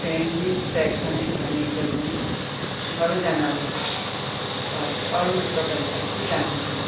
friendly टाइपको नै छ नेचर पनि सबैजना अब बात अरू तपाईँले अरू के जान्नुथ्यो